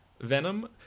Venom